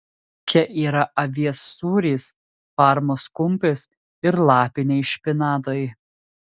čia yra avies sūris parmos kumpis ir lapiniai špinatai